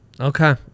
okay